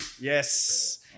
Yes